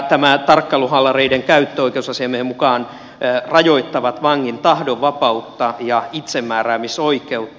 tämä tarkkailuhaalareiden käyttö oikeusasiamiehen mukaan rajoittaa vangin tahdonvapautta ja itsemääräämisoikeutta